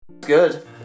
good